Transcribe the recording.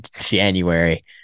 January